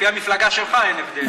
לפי המפלגה שלך אין הבדל.